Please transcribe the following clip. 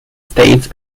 states